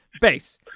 base